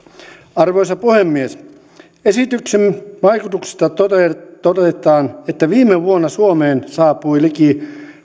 arvoisa puhemies esityksen vaikutuksista todetaan että viime vuonna suomeen saapui liki